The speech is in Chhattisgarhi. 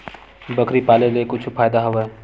बकरी पाले ले का कुछु फ़ायदा हवय?